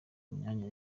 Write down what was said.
imyanya